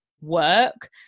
work